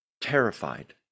terrified